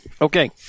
Okay